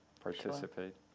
participate